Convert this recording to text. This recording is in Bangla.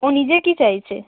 ও নিজে কী চাইছে